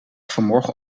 vanmorgen